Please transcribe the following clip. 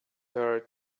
her